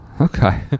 Okay